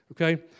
Okay